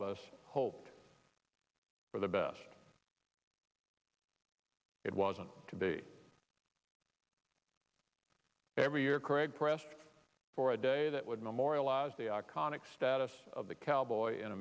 of us hoped for the best it wasn't to be every year craig pressed for a day that would memorialize the iconic status of the cowboy in